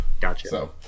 gotcha